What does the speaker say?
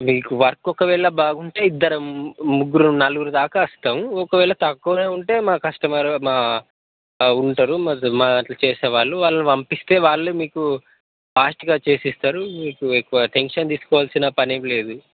మీకు వర్క్ ఒకవేళ బాగుంటే ఇద్దరు ముగ్గురు నలుగురు దాక వస్తాం ఒకవేళ తక్కువనే ఉంటే మా కస్టమర్ మా ఉంటారు మా దగ్గర చేసేవాళ్ళు వాళ్ళని పంపిస్తే మీకు ఫాస్ట్గా చేసేస్తారు మీకు ఎక్కువ టెన్షన్ తీసుకోవల్సిన పనేం లేదు